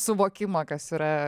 suvokimą kas yra